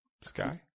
Sky